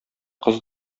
кыз